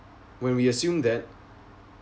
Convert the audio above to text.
when we assume that